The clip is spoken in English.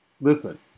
listen